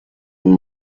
und